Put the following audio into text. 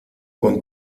con